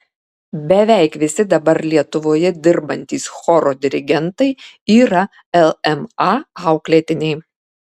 beveik visi dabar lietuvoje dirbantys choro dirigentai yra lma auklėtiniai